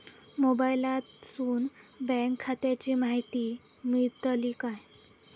मोबाईलातसून बँक खात्याची माहिती मेळतली काय?